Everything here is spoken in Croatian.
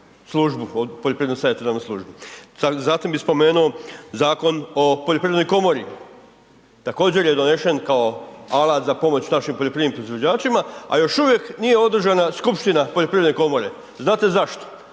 službu, poljoprivrednu savjetodavnu službu. Zatim bi spomenuo Zakon o Poljoprivrednoj komori, također je donešen kao alat za pomoć našim poljoprivrednim proizvođačima, a još uvijek nije održava skupština Poljoprivredne komore, znate zašto?